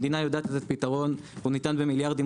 המדינה יודעת לתת פתרון והוא ניתן במיליארדים